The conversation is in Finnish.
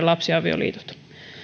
lapsiavioliitot